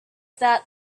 that